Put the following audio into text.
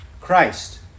Christ